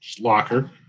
locker